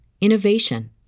innovation